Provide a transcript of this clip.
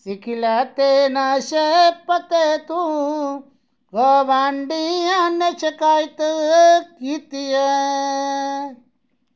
सिक्खी लै ते नशे पते तू ग ने शिकायत कीती ऐ गुआंढियां ने